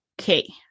Okay